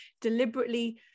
deliberately